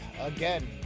again